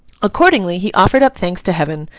accordingly, he offered up thanks to heaven,